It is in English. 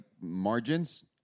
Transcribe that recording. margins